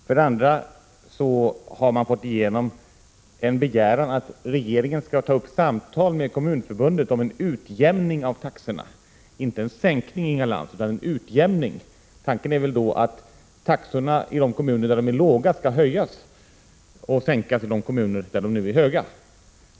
För det andra har man fått igenom en begäran att regeringen skall ta upp samtal med Kommunförbundet om en utjämning av taxorna — inte en sänkning utan en utjämning. Tanken är väl att taxorna i de kommuner där de är låga skall höjas och att de skall sänkas i de kommuner där de nu är höga.